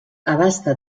abasta